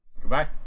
Goodbye